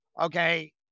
Okay